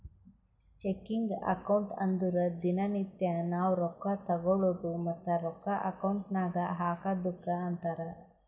checking account ಅಂದುರ್ ದಿನಾ ನಿತ್ಯಾ ನಾವ್ ರೊಕ್ಕಾ ತಗೊಳದು ಮತ್ತ ರೊಕ್ಕಾ ಅಕೌಂಟ್ ನಾಗ್ ಹಾಕದುಕ್ಕ ಅಂತಾರ್